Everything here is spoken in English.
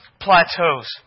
plateaus